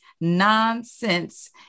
nonsense